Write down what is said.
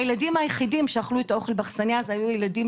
הילדים היחידים שאכלו את האוכל באכסניה היו הילדים